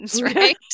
right